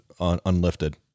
unlifted